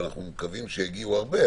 ואנחנו מקווים שיגיעו הרבה,